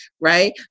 Right